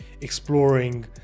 exploring